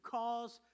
cause